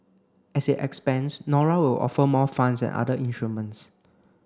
as it expands Nora will offer more funds and other instruments